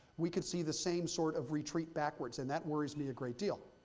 we could see the same sort of retreat backwards, and that worries me a great deal.